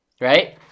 right